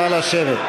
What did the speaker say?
נא לשבת.